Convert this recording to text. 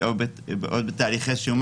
עוד שנייה אנחנו מדברים עם רשות המיסים.